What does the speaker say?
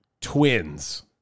twins